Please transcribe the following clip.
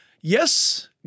yes